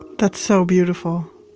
that's so beautiful.